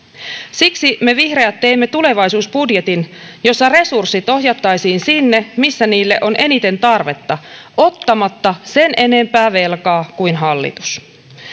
siksi me vihreät teimme tulevaisuusbudjetin jossa resurssit ohjattaisiin sinne missä niille on eniten tarvetta ottamatta sen enempää velkaa kuin hallitus